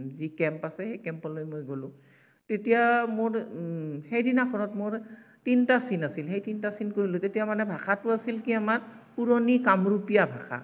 যি কেম্প আছে সেই কেম্পলৈ মই গ'লোঁ তেতিয়া মোৰ সেইদিনাখনত মোৰ তিনিটা চিন আছিল সেই তিনিটা চিন কৰিলোঁ তেতিয়া মানে ভাষাটো আছিল কি আমাৰ পুৰণি কামৰূপীয়া ভাষা